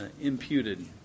imputed